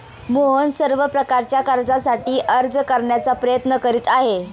मोहन सर्व प्रकारच्या कर्जासाठी अर्ज करण्याचा प्रयत्न करीत आहे